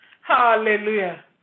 hallelujah